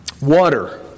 Water